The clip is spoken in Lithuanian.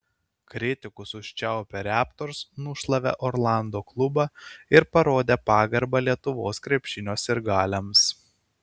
kritikus užčiaupę raptors nušlavė orlando klubą ir parodė pagarbą lietuvos krepšinio sirgaliams